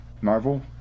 marvel